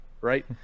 right